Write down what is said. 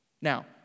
Now